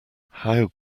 how